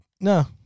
no